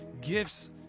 gifts